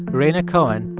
rhaina cohen,